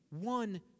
one